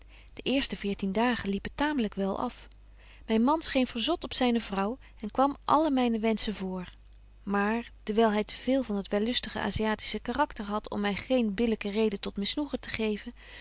de eerste veertien dagen liepen tamelyk wel af myn man scheen verzot op zyne vrouw en kwam alle myne wenschen vr maar dewyl hy te veel van het wellustige asiatische karakter hadt om my geen billyke reden tot misnoegen te geven